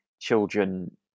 children